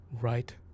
right